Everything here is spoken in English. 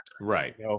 Right